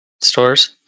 stores